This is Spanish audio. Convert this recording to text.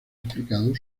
explicado